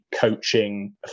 coaching